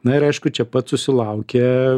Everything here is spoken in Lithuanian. na ir aišku čia pat susilaukė